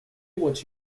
what